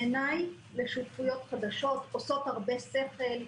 בעיניי, לשותפויות חדשות, הן עושות הרבה שכל,